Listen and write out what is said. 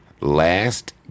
last